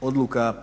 odluka